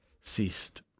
ceased